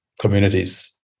communities